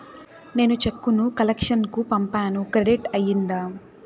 నేను చెక్కు ను కలెక్షన్ కు పంపాను క్రెడిట్ అయ్యిందా